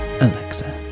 Alexa